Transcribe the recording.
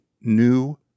new